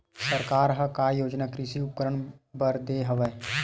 सरकार ह का का योजना कृषि उपकरण बर दे हवय?